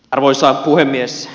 arvoisa puhemies